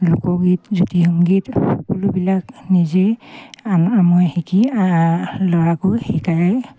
লোকগীত জ্যোতি সংগীত সকলোবিলাক নিজেই মই শিকি ল'ৰাকো শিকায়